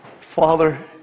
Father